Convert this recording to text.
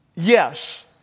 Yes